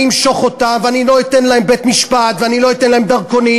אמשוך אותה ואני לא אתן להם בית-משפט ואני לא אתן להם דרכונים,